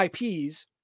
IPs